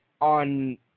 on